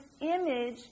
image